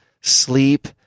sleep